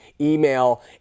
email